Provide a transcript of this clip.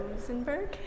Rosenberg